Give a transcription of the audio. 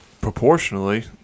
proportionally